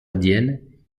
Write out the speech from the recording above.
indienne